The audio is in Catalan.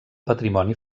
patrimoni